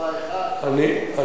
אני משתדל,